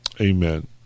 Amen